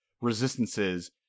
resistances